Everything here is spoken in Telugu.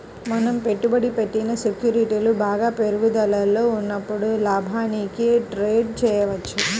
మనం పెట్టుబడి పెట్టిన సెక్యూరిటీలు బాగా పెరుగుదలలో ఉన్నప్పుడు లాభానికి ట్రేడ్ చేయవచ్చు